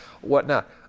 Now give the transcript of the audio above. whatnot